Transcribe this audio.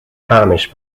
طعمش